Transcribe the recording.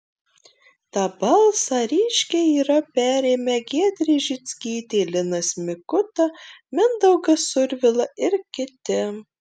tą balsą ryškiai yra perėmę giedrė žickytė linas mikuta mindaugas survila ir kiti